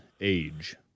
age